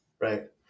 right